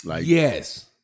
Yes